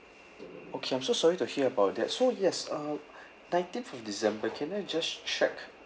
okay I'm so sorry to hear about that so yes uh nineteenth of december can I just check